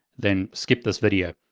then skip this video.